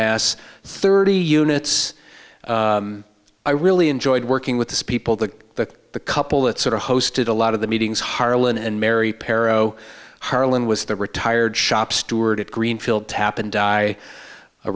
mass thirty units i really enjoyed working with the people the the the couple that sort of hosted a lot of the meetings harlan and mary pair o harlan was the retired shop steward at greenfield tap and die a